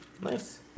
Nice